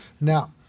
Now